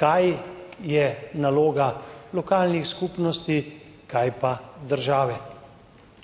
kaj je naloga lokalnih skupnosti, kaj pa države.